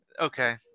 Okay